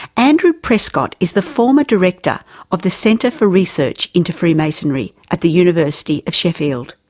andrew prescott is the former director of the centre for research into freemasonry at the university of sheffield,